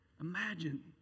Imagine